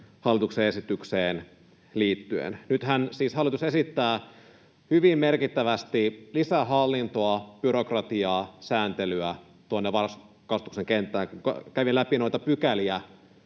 hallituksen esitykseen liittyen. Nythän siis hallitus esittää hyvin merkittävästi lisää hallintoa, byrokratiaa, sääntelyä, tuonne varhaiskasvatuksen kenttään. Kävin läpi noita pykäliä,